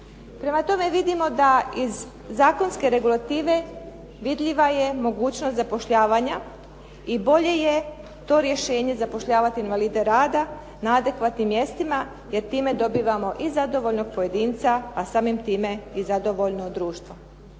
Prema tome, vidimo da iz zakonske regulative vidljiva je mogućnost zapošljavanja i bolje je to rješenje zapošljavati invalide rada na adekvatnim mjestima jer time dobivamo i zadovoljnog pojedinca, a samim time i zadovoljno društvo.